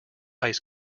ice